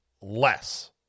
less